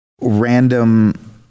random